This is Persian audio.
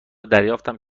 دریافتم